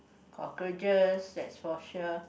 cockroaches that's for sure